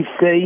say